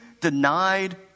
denied